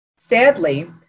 Sadly